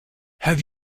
have